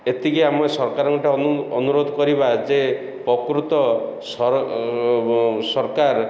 ଏତିକି ଆମେ ସରକାରଙ୍କ ଅନୁରୋଧ କରିବା ଯେ ପ୍ରକୃତ ସରକାର